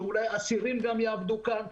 שאולי גם אסירים יעבדו כאן.